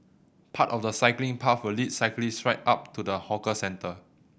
part of the cycling path will lead cyclists right up to the hawker centre